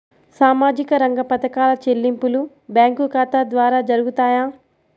సామాజిక రంగ పథకాల చెల్లింపులు బ్యాంకు ఖాతా ద్వార జరుగుతాయా?